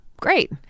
great